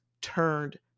turned